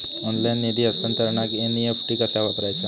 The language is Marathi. ऑनलाइन निधी हस्तांतरणाक एन.ई.एफ.टी कसा वापरायचा?